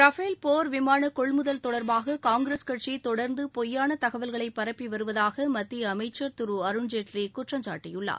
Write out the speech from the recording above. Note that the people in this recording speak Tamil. ரபேல் போர் விமான கொள்முதல் தொடர்பாக காங்கிரஸ் கட்சி தொடர்ந்து பொய்யான தகவல்களை பரப்பி வருவதாக மத்தியஅமைச்சர் திருஅருண்ஜேட்லி குற்றம் சாட்டியுள்ளார்